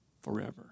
forever